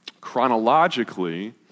chronologically